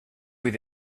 with